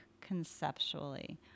conceptually